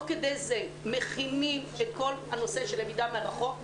כדי זה מכינים את כל הנושא של למידה מרחוק.